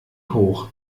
hoch